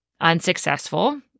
unsuccessful